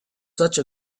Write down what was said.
such